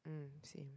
mm same